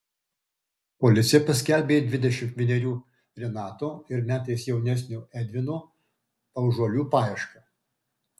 policija paskelbė dvidešimt vienerių renato ir metais jaunesnio edvino paužuolių paiešką